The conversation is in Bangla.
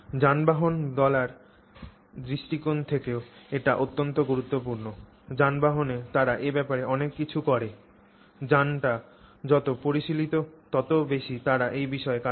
যানবাহন চলার দৃষ্টিকোণ থেকেও এটি অত্যন্ত গুরুত্বপূর্ণ যানবাহনে তারা এ ব্যাপারে অনেক কিছু করে যানটি যত পরিশীলিত তত বেশি তারা এই বিষয়ে কাজ করে